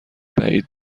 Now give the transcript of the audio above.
بعید